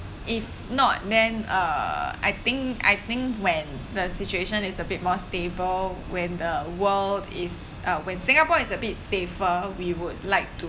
if not then uh I think I think when the situation is a bit more stable when the world is uh when singapore is a bit safer we would like to